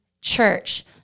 church